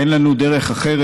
אין לנו דרך אחרת,